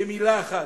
במלה אחת,